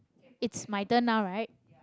it's my turn now right